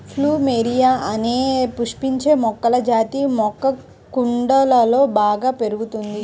plumeria అనే పుష్పించే మొక్కల జాతి మొక్క కుండలలో బాగా పెరుగుతుంది